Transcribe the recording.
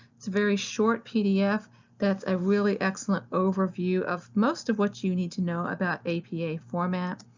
it's a very short pdf that's a really excellent overview of most of what you need to know about apa format.